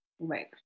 Right